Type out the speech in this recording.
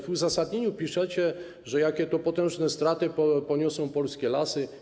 W uzasadnieniu piszecie, jakie to potężne straty poniosą polskie lasy.